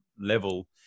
level